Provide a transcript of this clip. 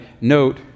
note